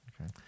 okay